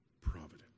providence